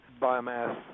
biomass